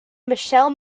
michele